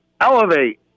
Elevate